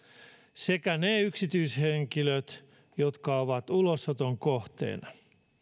sekä ne yksityishenkilöt jotka ovat ulosoton kohteena